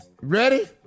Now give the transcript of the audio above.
Ready